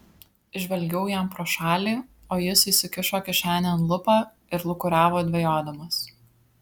žvelgiau jam pro šalį o jis įsikišo kišenėn lupą ir lūkuriavo dvejodamas